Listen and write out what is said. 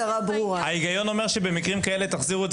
ההיגיון אומר שבמקרים כאלה תחזירו את